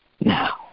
now